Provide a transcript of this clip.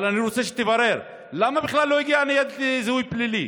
אבל אני רוצה שתברר: למה בכלל לא הגיעה ניידת זיהוי פלילי?